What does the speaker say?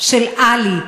של עלי,